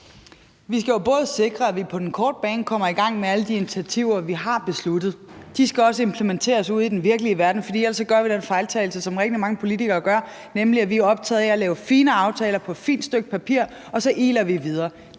Vi skal jo både sikre, at vi på den korte bane kommer i gang med alle de initiativer, vi har besluttet, og som også skal implementeres ude den virkelige verden, for ellers begår vi den fejltagelse, som rigtig mange politikere gør, nemlig at vi er optaget af at lave fine aftaler på et fint stykke papir, og så iler vi videre;